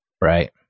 Right